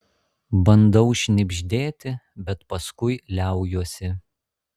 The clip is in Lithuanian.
bandau šnibždėti bet paskui liaujuosi